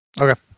Okay